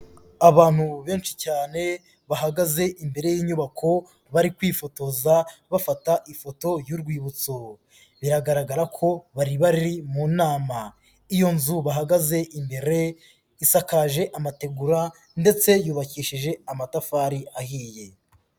Abantu benshi cyane bahagaze imbere y'inyubako, bari kwifotoza bafata ifoto y'urwibutso; biragaragara ko bari bari mu nama. Iyo nzu bahagaze imbere, isakaje amategura, ndetse yubakishije amatafari ahiye.